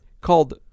called